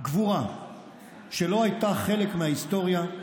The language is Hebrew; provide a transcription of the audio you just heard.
גבורה שלא הייתה חלק מההיסטוריה,